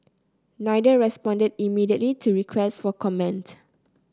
neither responded immediately to requests for comment